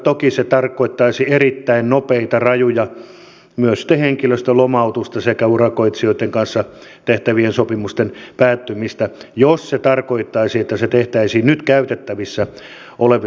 toki se tarkoittaisi erittäin nopeita rajuja toimia myös henkilöstön lomautusta sekä urakoitsijoitten kanssa tehtävien sopimusten päättymistä jos se tarkoittaisi että se tehtäisiin nyt käytettävissä olevilla varoilla